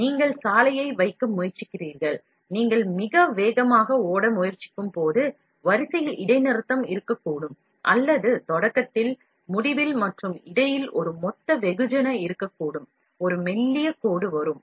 நீங்கள் சாலையை போட முயற்சிக்கும்போது ஓட்டம் மிக வேகமாக இருந்தால் வரிசையில் இடைநிறுத்தம் இருக்கலாம் அல்லது தொடக்கத்தில் முடிவில் மற்றும் இடையில் ஒரு நிறைகட்டி இருக்கலாம் நீங்கள் ஒரு மெல்லிய கோடு இருப்பதாய் பார்க்கலாம்